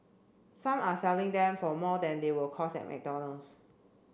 some are selling them for more than they will cost at McDonald's